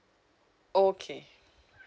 okay